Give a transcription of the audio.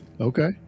Okay